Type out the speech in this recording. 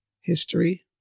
history